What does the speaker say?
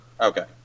Okay